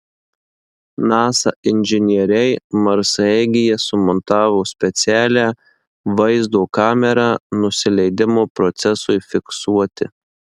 nasa inžinieriai marsaeigyje sumontavo specialią vaizdo kamerą nusileidimo procesui fiksuoti